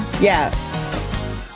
Yes